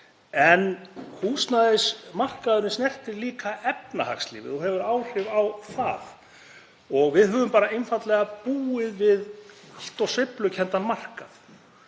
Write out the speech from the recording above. En húsnæðismarkaðurinn snertir líka efnahagslífið og hefur áhrif á það og við höfum einfaldlega búið við allt of sveiflukenndan markað.